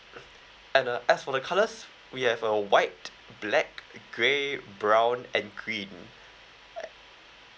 and uh as for the colours we have uh white black grey brown and green